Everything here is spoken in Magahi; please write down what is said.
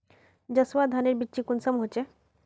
जसवा धानेर बिच्ची कुंसम होचए?